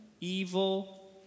evil